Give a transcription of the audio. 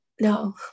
No